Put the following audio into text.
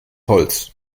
holz